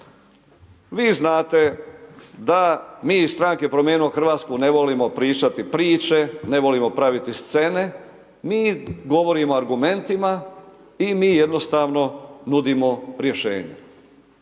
Vi znate da mi iz stranke Promijenimo Hrvatsku ne volimo pričati priče, ne volimo praviti scene, mi govorimo argumentima i mi jednostavno nudimo rješenja.